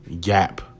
gap